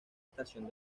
estación